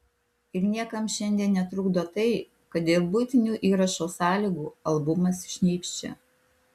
ir niekam šiandien netrukdo tai kad dėl buitinių įrašo sąlygų albumas šnypščia